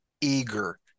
eager